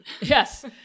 Yes